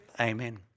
amen